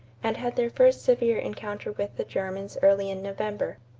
and had their first severe encounter with the germans early in november.